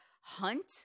hunt